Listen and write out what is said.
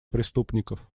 преступников